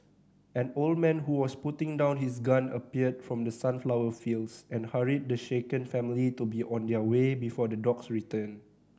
an old man who was putting down his gun appeared from the sunflower fields and hurried the shaken family to be on their way before the dogs return